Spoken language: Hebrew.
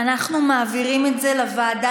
אנחנו מעבירים את זה לוועדה